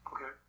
Okay